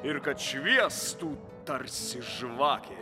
ir kad šviestų tarsi žvakė